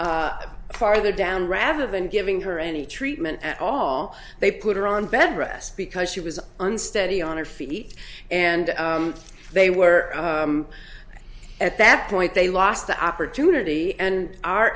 point farther down rather than giving her any treatment at all they put her on bedrest because she was unsteady on her feet and they were at that point they lost the opportunity and our